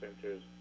centers